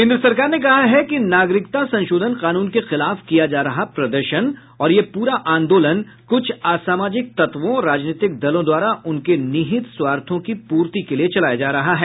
केन्द्र सरकार ने कहा है कि नागरिकता संशोधन कानून के खिलाफ किया जा रहा प्रदर्शन और यह प्रा आंदोलन कुछ असामाजिक तत्वों और राजनीतिक दलों द्वारा उनके निहित स्वार्थों की पूर्ति के लिए चलाया जा रहा है